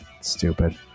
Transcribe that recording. stupid